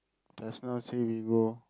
just now say we go